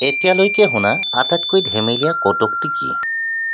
এতিয়ালৈকে শুনা আটাইতকৈ ধেমেলীয়া কৌতুকটো কি